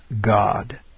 God